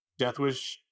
Deathwish